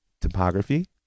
topography